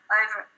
over